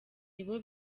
nibo